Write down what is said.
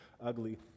ugly